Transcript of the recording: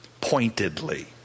pointedly